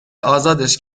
ازادش